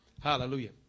Hallelujah